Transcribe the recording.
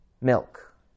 milk